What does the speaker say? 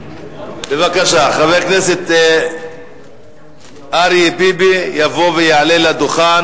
בבקשה, חבר הכנסת אריה ביבי יבוא ויעלה לדוכן.